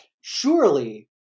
surely